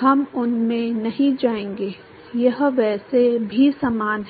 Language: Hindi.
हम उसमें नहीं जाएंगे यह वैसे भी समान है